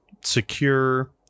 secure